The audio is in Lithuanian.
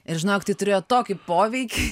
ir žinok tai turėjo tokį poveikį